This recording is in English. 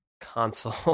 console